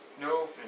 no